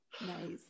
nice